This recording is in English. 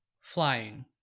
flying